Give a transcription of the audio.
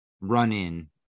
run-in